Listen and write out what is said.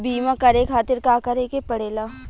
बीमा करे खातिर का करे के पड़ेला?